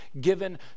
given